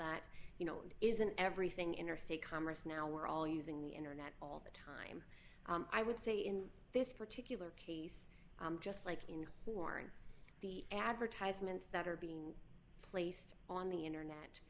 that you know isn't everything interstate commerce now we're all using the internet all the time i would say in this particular case just like you know for the advertisements that are being placed on the internet